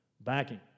backing